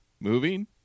Moving